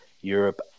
europe